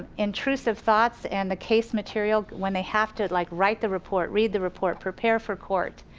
intrusive thoughts and the case material when they have to like write the report, read the report, prepare for court.